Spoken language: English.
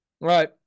right